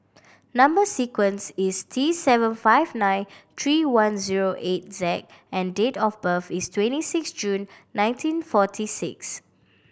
number sequence is T seven five nine three one zero eight Z and date of birth is twenty six June nineteen forty six